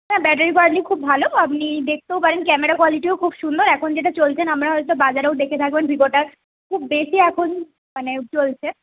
হ্যাঁ battery quality খুব ভালো আপনি দেখতেও পারেন ক্যামেরা কোয়ালিটিও খুব সুন্দর এখন যেটা চলছে আপনারা হয়তো বাজারেও দেখে থাকবেন ভিভোটা খুব বেশি এখন মানে চলছে